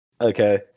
Okay